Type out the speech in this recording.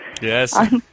Yes